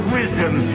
wisdom